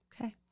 Okay